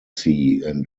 john